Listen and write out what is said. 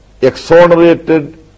exonerated